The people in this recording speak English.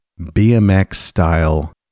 BMX-style